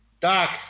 Doc